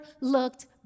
looked